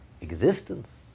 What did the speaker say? Existence